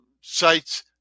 sites